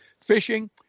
fishing